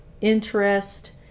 interest